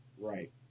Right